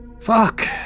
Fuck